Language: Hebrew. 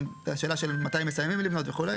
את השאלה של מתי מסיימים לבנות וכו',